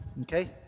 Okay